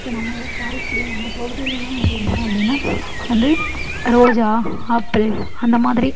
இப்போ நம்ம ஊர் காரைக்குடி அந்த பகுதியிலலாம் வந்து என்ன அப்டின்னால் வந்து ரோஜா ஆப்பிள் அந்த மாதிரி